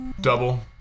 Double